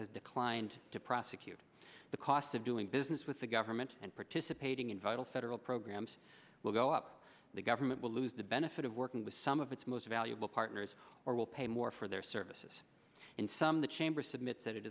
has declined to prosecute the cost of doing business with the government and participating in vital federal programs will go up the government will lose the benefit of working with some of its most valuable partners or will pay more for their services in some of the chambers submit said it